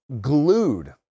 glued